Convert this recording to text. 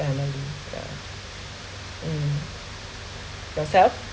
money yeah mm yourself